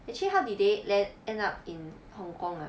actually how did they land end up in hong kong ah